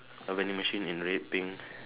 a vending machine in red pink